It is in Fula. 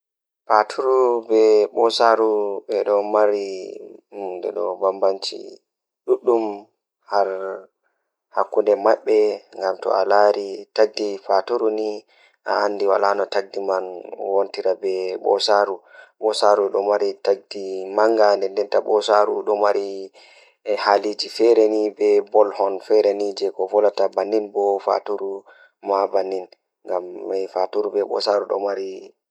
Eh ndikka jannga haala ceede Ko sabu ngal, yimɓe foti waawi sosde noyiɗɗo e laawol tawa leydi e nder caɗeele. Economics e finance no waawi heɓugol maɓɓe ngal on, ko fayde ɗum e tawti caɗeele e noyiɗɗo e keewɗi ngam ngoodi. Kono, waɗde economics e finance no waawi njama faami ko moƴƴi e ɓe waɗtudee firtiimaaji ngal e ngal hayɓe.